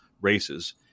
races